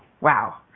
Wow